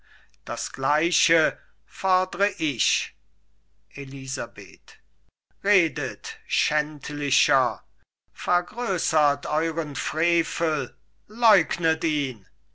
das gleiche fordr ich elisabeth redet schändlicher vergroßert euren frevel leugnet ihn